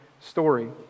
story